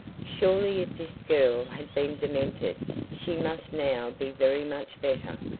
surely if this girl had been demented she must now be very much better.